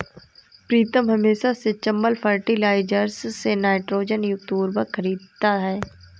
प्रीतम हमेशा से चंबल फर्टिलाइजर्स से नाइट्रोजन युक्त उर्वरक खरीदता हैं